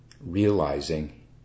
realizing